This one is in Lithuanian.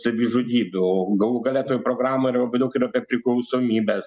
savižudybių galų gale toj programoj labai daug ir apie priklausomybes